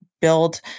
build